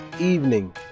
evening